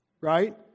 right